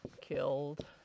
killed